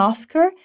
Oscar